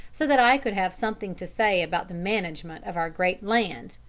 so that i could have something to say about the management of our great land.